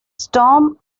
storm